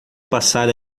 passar